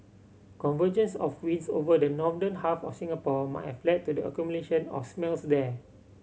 convergence of winds over the northern half of Singapore might have led to the accumulation of smells there